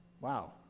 wow